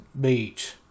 beach